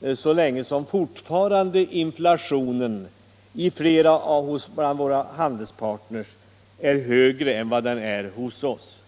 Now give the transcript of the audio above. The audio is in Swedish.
påståendet, så länge som inflationen fortfarande för flera av våra handelspartner är högre än hos oss.